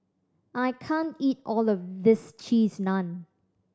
I can't eat all of this Cheese Naan